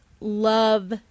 love